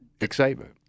excitement